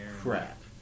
Crap